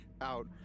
out